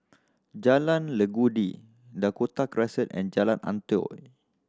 Jalan Legundi Dakota Crescent and Jalan Antoi